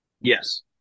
Yes